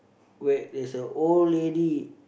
where there's a old lady